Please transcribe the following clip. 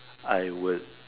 I would